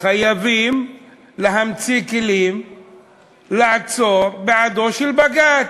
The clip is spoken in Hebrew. חייבים להמציא כלים לעצור בעד הבג"ץ.